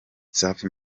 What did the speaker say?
safi